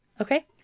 Okay